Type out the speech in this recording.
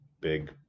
big